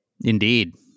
Indeed